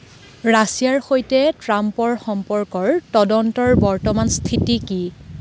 ৰাছিয়াৰ সৈতে ট্ৰাম্পৰ সম্পৰ্কৰ তদন্তৰ বৰ্তমান স্থিতি কি